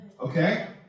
Okay